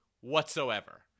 whatsoever